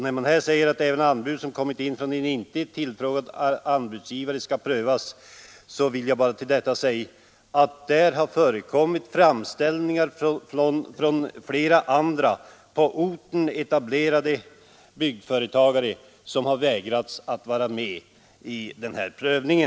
När svaret innehåller att ”även anbud som kommit in från en inte tillfrågad anbudsgivare skall prövas”, så vill jag bara till det säga att i detta fall har förekommit framställningar från flera andra, på orten etablerade byggföretagare som vägrats att vara med i denna prövning.